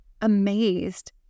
amazed